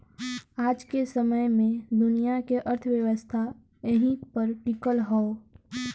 आज के समय मे दुनिया के अर्थव्यवस्था एही पर टीकल हौ